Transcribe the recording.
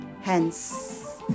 Hence